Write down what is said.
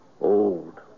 Old